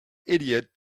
idiot